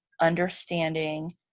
understanding